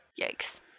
Yikes